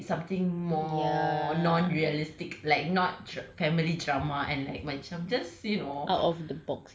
imagine if they did something more non realistic like not dra~ family drama and like macam just you know